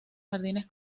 jardines